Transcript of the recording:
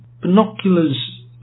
binoculars